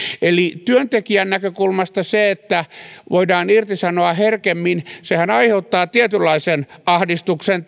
eli työntekijän näkökulmasta se että voidaan irtisanoa herkemmin aiheuttaa tietynlaisen ahdistuksen